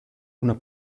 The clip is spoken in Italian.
una